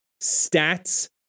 Stats